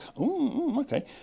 Okay